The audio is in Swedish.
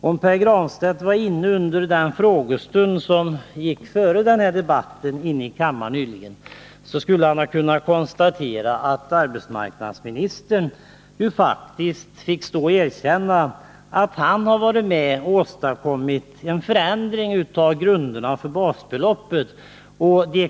Om Pär Granstedt var inne i kammaren under den frågestund som föregick denna debatt, kunde han konstatera att arbetsmarknadsministern faktiskt fick erkänna att han har varit med om en förändring av beräkningsgrunderna för basbeloppet.